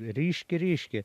ryški ryški